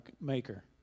Maker